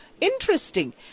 Interesting